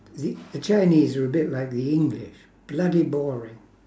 the the chinese are a bit like the english bloody boring